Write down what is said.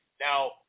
now